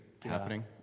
happening